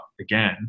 again